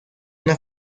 una